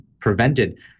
prevented